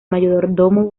mayordomo